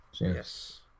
yes